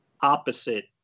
opposite